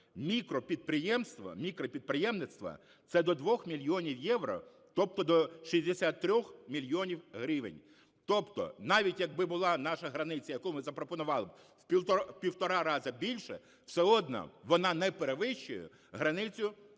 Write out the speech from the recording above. мікропідприємництва – це до 2 мільйонів євро, тобто до 63 мільйонів гривень. Тобто навіть якби була наша границя, яку ми запропонували б в півтора раза більше, все одно вона не перевищує границю